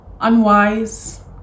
unwise